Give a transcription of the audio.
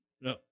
No